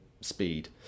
speed